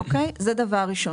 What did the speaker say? זה דבר ראשון.